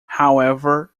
however